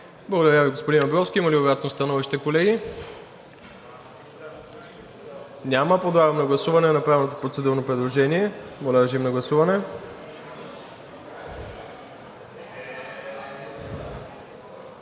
Благодаря Ви, господин Абровски. Има ли обратно становище, колеги? Няма. Подлагам на гласуване направеното процедурно предложение. Гласували 171 народни